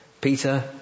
Peter